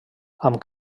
amb